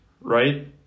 right